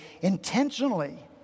intentionally